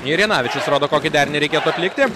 ir janavičius rodo kokį derinį reikėtų atlikti